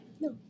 No